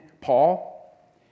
Paul